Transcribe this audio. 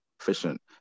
efficient